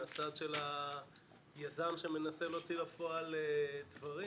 מהצד של היזם שמנסה להוציא לפועל דברים